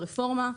ברפורמה,